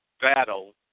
battle